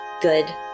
good